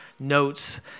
notes